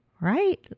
Right